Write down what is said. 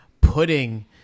putting